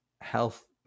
health